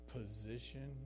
position